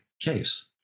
case